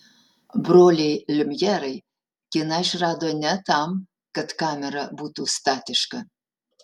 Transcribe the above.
broliai liumjerai kiną išrado ne tam kad kamera būtų statiška